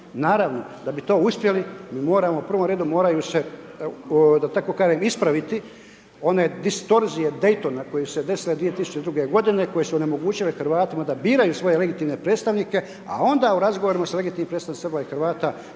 Naravno, da bi to uspjeli mi moramo, u prvom redu moraju se da tako kažem ispraviti one distorzije Daytona koje su se desile 2002. godine koje su onemogućile Hrvatima da biraju svoje legitimne predstavnike, a onda u razgovorima sa legitimnim predstavnicima Srba i Hrvata